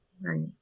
Right